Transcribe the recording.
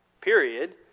period